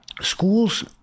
schools